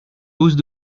hausse